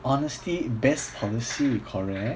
honesty best policy correct